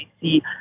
see